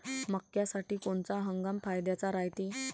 मक्क्यासाठी कोनचा हंगाम फायद्याचा रायते?